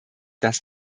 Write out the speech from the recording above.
dass